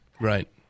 Right